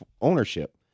ownership